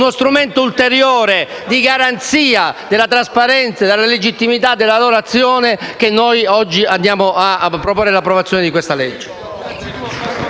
uno strumento ulteriore di garanzia della trasparenza e della legittimità della loro azione, che noi oggi andiamo a proporre l'approvazione di questo